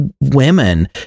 women